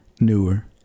newer